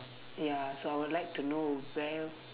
ya so I would like to know where